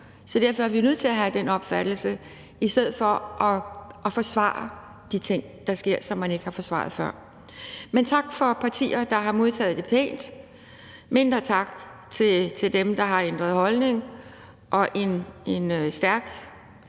og derfor er vi nødt til at have den opfattelse. I stedet for forsvarer man de ting, der sker, men som man ikke har forsvaret før. Men tak til de partier, der har modtaget det pænt. Mindre tak til dem, der har ændret holdning. Og en stærk